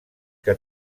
que